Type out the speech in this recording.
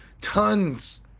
tons